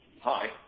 Hi